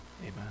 Amen